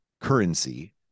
currency